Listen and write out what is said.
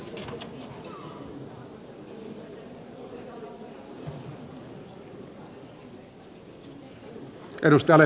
edustaja leppä olkaa hyvä